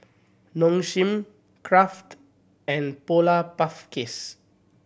Nong Shim Kraft and Polar Puff Cakes